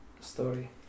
story